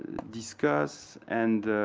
discuss and